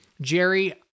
Jerry